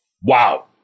Wow